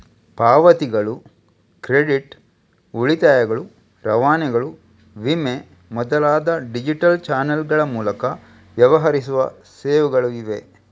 ಪಾವತಿಗಳು, ಕ್ರೆಡಿಟ್, ಉಳಿತಾಯಗಳು, ರವಾನೆಗಳು, ವಿಮೆ ಮೊದಲಾದ ಡಿಜಿಟಲ್ ಚಾನಲ್ಗಳ ಮೂಲಕ ವ್ಯವಹರಿಸುವ ಸೇವೆಗಳು ಇವೆ